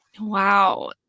Wow